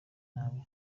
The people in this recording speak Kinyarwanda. nabi